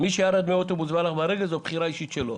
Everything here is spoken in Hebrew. מי שירד מאוטובוס והלך ברגל, זו בחירה אישית שלו.